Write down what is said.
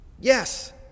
Yes